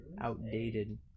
outdated